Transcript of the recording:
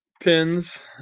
pins